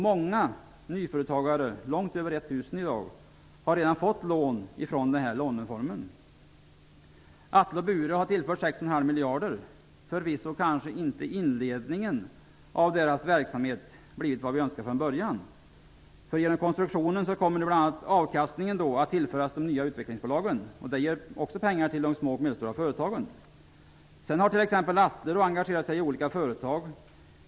Många nyföretagare -- långt över 1 000 -- har redan fått lån genom denna låneform. Atle och Bure har tillförts 6,5 miljarder. Förvisso har kanske inte inledningen av deras verksamhet blivit vad vi önskade från början. Genom konstruktionen kommer bl.a. avkastningen att tillföras de nya utvecklingsbolagen. Det ger också pengar till de små och medelstora företagen. Atle har t.ex. också engagerat sig i olika företag.